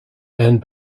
and